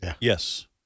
Yes